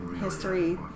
history